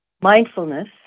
mindfulness